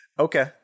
Okay